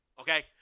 Okay